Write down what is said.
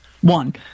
One